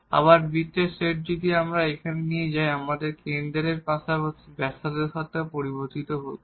আবার বৃত্তের সেট যদি আমরা এখানে নিয়ে যাই আমরা কেন্দ্রের পাশাপাশি ব্যাসার্ধের সাথেও পরিবর্তিত হচ্ছি